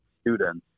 students